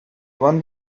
one